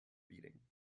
beating